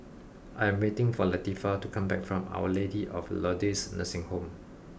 I am waiting for Latifah to come back from Our Lady of Lourdes Nursing Home